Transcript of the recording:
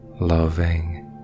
loving